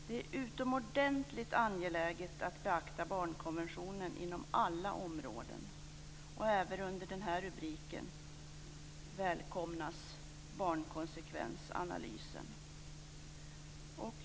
Det är utomordentligt angeläget att beakta barnkonventionen inom alla områden, och även under denna rubrik välkomnas barnkonsekvensanalysen.